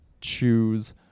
choose